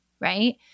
Right